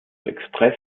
express